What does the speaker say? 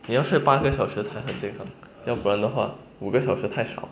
你要睡八个小时才很健康要不然的话五个小时太少